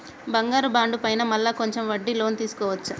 బంగారు బాండు పైన మళ్ళా కొంచెం వడ్డీకి లోన్ తీసుకోవచ్చా?